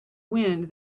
wind